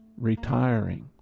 retiring